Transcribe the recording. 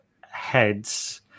heads